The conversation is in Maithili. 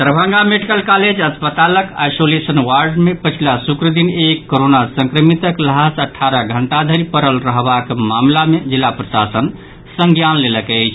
दरभंगा मेडिकल कॉलेज अस्पतालक आइसोलेशन वार्ड मे पछिला शुक्र दिन एक कोरोना संक्रमितक ल्हास अठारह घंटा धरि पड़ल रहबाक मामिला मे जिला प्रशासन संज्ञान लेलक अछि